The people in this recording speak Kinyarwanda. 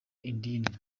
idini